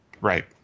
Right